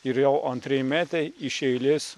ir jau antri metai iš eilės